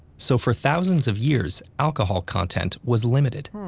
so for thousands of years, alcohol content was limited.